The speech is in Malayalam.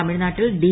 തമിഴ്നാട്ടിൽ ഡി